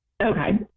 Okay